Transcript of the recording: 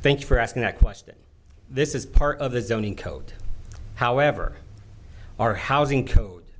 thanks for asking that question this is part of the zoning code however our housing